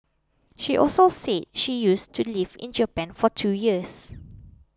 she also said she used to lived in Japan for two years